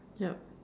yup